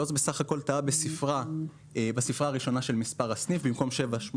עוז בסך הכול טעה בספרה הראשונה של מספר הסניף כאשר